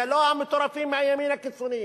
זה לא המטורפים מהימין הקיצוני,